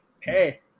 Hey